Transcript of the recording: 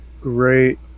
Great